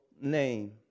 name